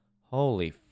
holy